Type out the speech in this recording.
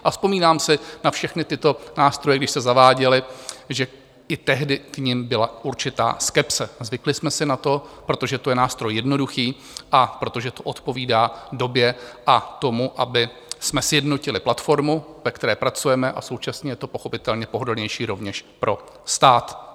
A vzpomínám si na všechny tyto nástroje, když se zaváděly, že i tehdy k nim byla určitá skepse, a zvykli jsme si na to, protože to je nástroj jednoduchý a protože to odpovídá době a tomu, abychom sjednotili platformu, ve které pracujeme, a současně je to pochopitelně pohodlnější rovněž pro stát.